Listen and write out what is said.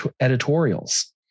editorials